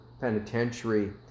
penitentiary